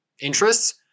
interests